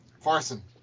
Farson